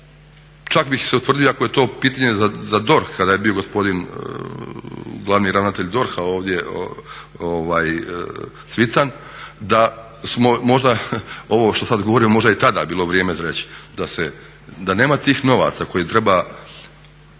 čak bi se utvrdio da je to pitanja za DORH kada je bio gospodin glavni ravnatelj DORH-a Cvitan da smo možda ovo što sada govorim možda je tada bilo vrijeme za reći, da nema tih novaca kojim se treba